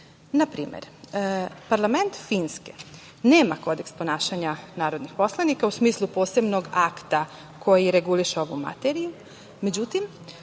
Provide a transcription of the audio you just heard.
Na primer, parlament Finske nema kodeks ponašanja narodnih poslanika u smislu posebnog akta koji reguliše ovu materiju. Međutim,